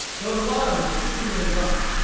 though the bottom was exceedingly rough.